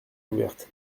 ouverte